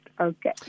okay